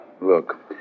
look